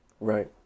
Right